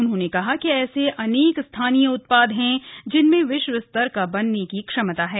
उन्होंने कहा कि ऐसे अनेकस्थानीय उत्पाद हैं जिनमें विश्व स्तर का बनने की क्षमता है